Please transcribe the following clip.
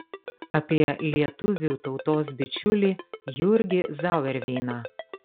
apie lietuvių tautos bičiulį jurgį zauerveiną